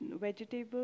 vegetables